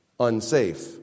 Unsafe